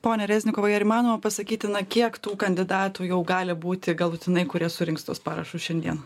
pone reznikovai ar įmanoma pasakyti na kiek tų kandidatų jau gali būti galutinai kurie surinks tuos parašus šiandien